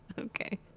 okay